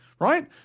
Right